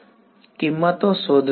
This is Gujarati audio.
વિદ્યાર્થી કિંમતો શોધવી